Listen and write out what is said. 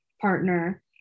partner